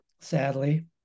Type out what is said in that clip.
sadly